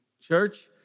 Church